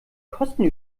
kosten